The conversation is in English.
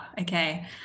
okay